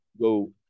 go